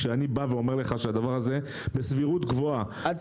כשאני אומר לך שהדבר הזה בסבירות גבוהה לא עוזר,